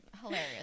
Hilarious